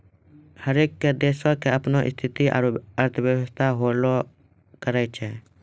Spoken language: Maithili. हरेक देशो के अपनो स्थिति आरु अर्थव्यवस्था होलो करै छै